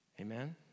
Amen